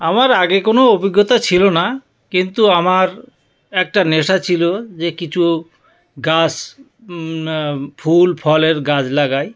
আমার আগে কোনো অভিজ্ঞতা ছিলো না কিন্তু আমার একটা নেশা ছিলো যে কিছু গাছ ফুল ফলের গাছ লাগাই